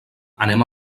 anem